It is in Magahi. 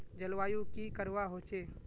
जलवायु की करवा होचे?